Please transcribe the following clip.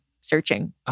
searching